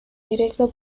directo